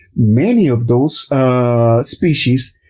many of those species